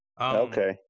okay